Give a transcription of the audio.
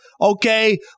okay